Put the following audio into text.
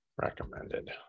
recommended